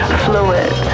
fluid